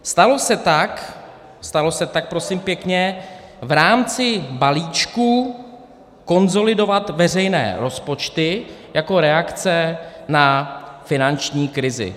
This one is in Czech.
Stalo se tak, stalo se tak prosím pěkně, v rámci balíčku konsolidovat veřejné rozpočty jako reakce na finanční krizi.